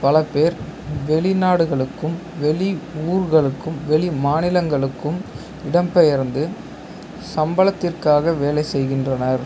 பல பேர் வெளிநாடுகளுக்கும் வெளி ஊர்களுக்கும் வெளி மாநிலங்களுக்கும் இடம் பெயர்ந்து சம்பளத்திற்காக வேலை செய்கின்றனர்